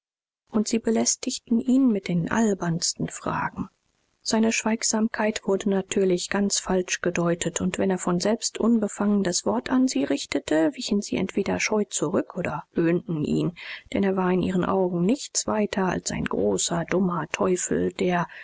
und sie belästigten ihn mit den albernsten fragen seine schweigsamkeit wurde natürlich ganz falsch gedeutet und wenn er von selbst unbefangen das wort an sie richtete wichen sie entweder scheu zurück oder höhnten ihn denn er war in ihren augen nichts weiter als ein großer dummer teufel der